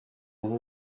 niryo